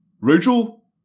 Rachel